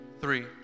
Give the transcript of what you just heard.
three